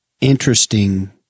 interesting